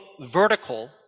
vertical